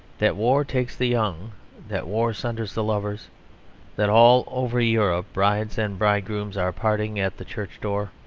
that war takes the young that war sunders the lovers that all over europe brides and bridegrooms are parting at the church door